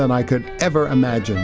than i could ever imagine